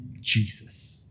Jesus